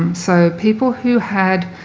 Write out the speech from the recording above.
um so people who had